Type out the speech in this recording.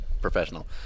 professional